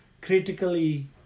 critically